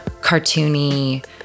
cartoony